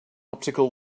optical